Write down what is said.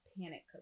panic